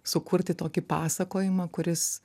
sukurti tokį pasakojimą kuris